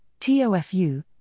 TOFU